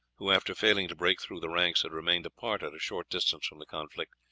who after failing to break through the ranks had remained apart at a short distance from the conflict,